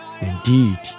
Indeed